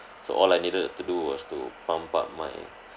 so all I needed to do was to pump up my